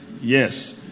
yes